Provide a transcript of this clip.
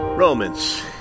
Romans